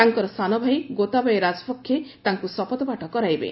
ତାଙ୍କର ସାନ ଭାଇ ଗୋତାବଏ ରାଜପକ୍ଷେ ତାଙ୍କୁ ଶପଥପାଠ କରାଇବେ